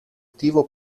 attivo